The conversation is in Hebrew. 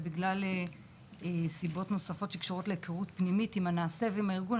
ובגלל הסיבות הנוספות שקשורות להיכרות פנימית עם הנעשה ועם הארגון,